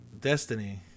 Destiny